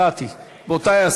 רבותי,